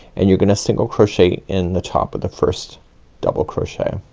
and you're gonna single crochet in the top of the first double crochet.